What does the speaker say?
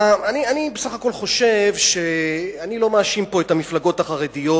אני לא מאשים את המפלגות החרדיות,